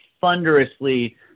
thunderously